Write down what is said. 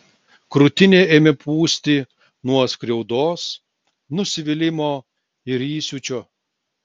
krūtinę ėmė pūsti nuo skriaudos nusivylimo ir įsiūčio